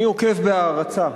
אני עוקב בהערצה,